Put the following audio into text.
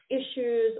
issues